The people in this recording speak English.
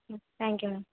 thank you